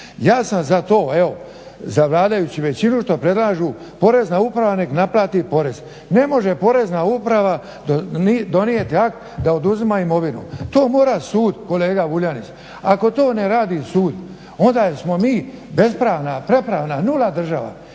ja sam za to za vladajuću većinu što predlažu. Porezna uprava neka naplati porez, ne može Porezna uprava donijeti akt da oduzima imovinu, pa to mora sud kolega Vuljanić. Ako to ne radi sud onda smo mi bespravna, prepravna, nula država.